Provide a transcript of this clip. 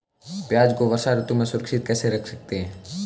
प्याज़ को वर्षा ऋतु में सुरक्षित कैसे रख सकते हैं?